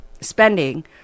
spending